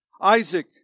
Isaac